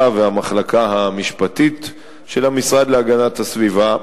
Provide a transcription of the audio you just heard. והמחלקה המשפטית של המשרד להגנת הסביבה,